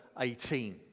18